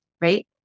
right